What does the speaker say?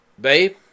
babe